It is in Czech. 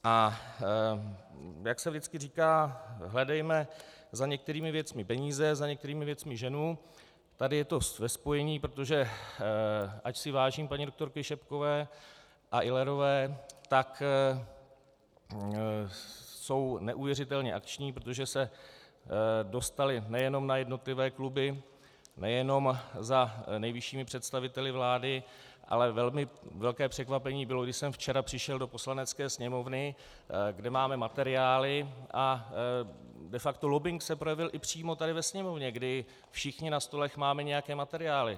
A jak se vždycky říká, hledejme za některými věcmi peníze, za některými věcmi ženu, tady je to ve spojení, protože ač si vážím paní doktorky Šebkové a Illerové, tak jsou neuvěřitelně akční, protože se dostaly nejenom na jednotlivé kluby, nejenom za nejvyššími představiteli vlády, ale velmi velké překvapení bylo, když jsem včera přišel do Poslanecké sněmovny, kde máme materiály, a de facto lobbing se projevil i přímo tady ve Sněmovně, kdy všichni na stolech máme nějaké materiály.